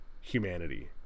humanity